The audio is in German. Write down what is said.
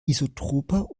isotroper